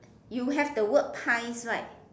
you have the word pies right